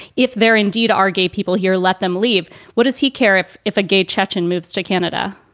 if there indeed are gay people here, let them leave. what does he care if if a gay chechen moves to canada?